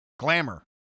Glamour